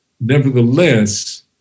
nevertheless